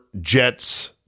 Jets